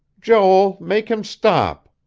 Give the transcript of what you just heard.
joel make him stop!